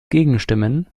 gegenstimmen